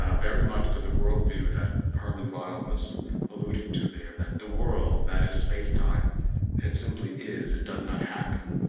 ah very much to the worldview that hermann weyl was alluding to there, and that the world that is, spacetime it simply is. it does not happen.